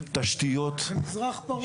זה מזרח פרוע.